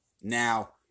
Now